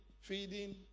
feeding